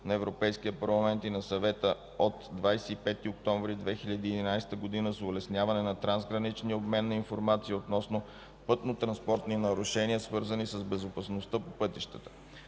на Европейския парламент и на Съвета от 25 октомври 2011 г. за улесняване на трансграничния обмен на информация относно пътнотранспортни нарушения, свързани с безопасността по пътищата.